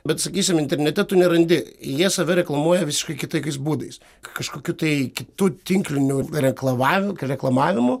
bet sakysim internete tu nerandi jie save reklamuoja visiškai kitokiais būdais kažkokiu tai kitu tinkliniu reklavav reklamavimu